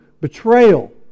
betrayal